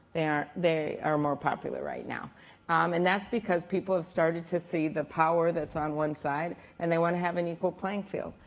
they are they are more popular right now and that's because people have started to see the power that's on one side and they want to have an equal playing field.